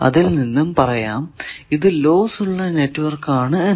അതിൽ നിന്നും പറയാം ഇത് ലോസ് ഉള്ള നെറ്റ്വർക്ക് ആണ് എന്ന്